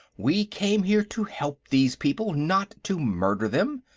we came here to help these people, not to murder them.